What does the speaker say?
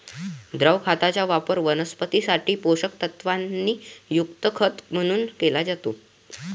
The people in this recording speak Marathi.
द्रव खताचा वापर वनस्पतीं साठी पोषक तत्वांनी युक्त खत म्हणून केला जातो